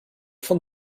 von